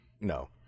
No